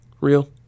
Real